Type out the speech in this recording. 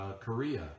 Korea